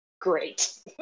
great